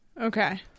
Okay